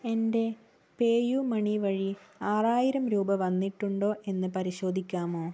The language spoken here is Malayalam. എൻ്റെ പേയുമണി വഴി ആറായിരം രൂപ വന്നിട്ടുണ്ടോ എന്ന് പരിശോധിക്കാമോ